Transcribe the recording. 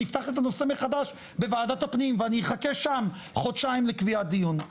נפתח את הנושא מחדש בוועדת הפנים ואני אחכה שם חודשיים לקביעת דיון.